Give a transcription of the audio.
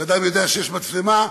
שאדם יודע שיש מצלמה,